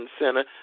center